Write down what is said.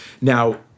Now